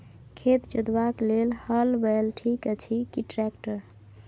खेत जोतबाक लेल हल बैल ठीक अछि की ट्रैक्टर?